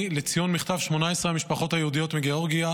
לציון מכתב 18 המשפחות היהודיות מגאורגיה,